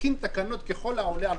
להתקין תקנות ככל העולה על